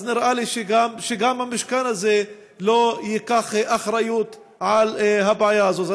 נראה לי שגם המשכן הזה לא ייקח אחריות לבעיה הזאת.